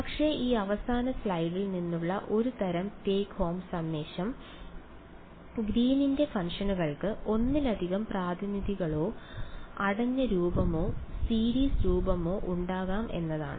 പക്ഷേ ഈ അവസാന സ്ലൈഡിൽ നിന്നുള്ള ഒരു തരം ടേക്ക് ഹോം സന്ദേശം ഗ്രീനിന്റെ ഫംഗ്ഷനുകൾക്ക് Green's functions ഒന്നിലധികം പ്രാതിനിധ്യങ്ങളോ അടഞ്ഞ രൂപമോ സീരീസ് രൂപമോ ഉണ്ടാകാം എന്നതാണ്